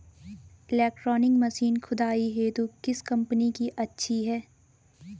Electronic machine खुदाई हेतु किस कंपनी की अच्छी है?